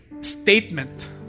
Statement